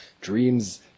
Dreams